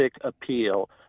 appeal